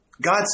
God